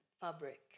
fabric